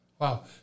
Wow